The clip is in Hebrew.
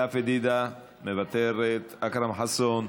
לאה פדידה, מוותרת, אכרם חסון,